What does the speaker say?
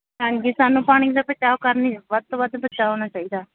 ਹਾਂਜੀ ਸਾਨੂੰ ਪਾਣੀ ਦਾ ਬਚਾਓ ਕਰਨੀ ਵੱਧ ਤੋਂ ਵੱਧ ਬਚਾਅ ਹੋਣਾ ਚਾਹੀਦਾ